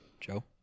Joe